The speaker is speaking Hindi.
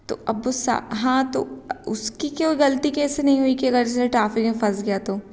तो अब उस सा हाँ तो उसकी क्यों ग़लती कैसे नहीं हुई के अगर जैसे ट्राफ़िक में फस गया तो